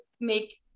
make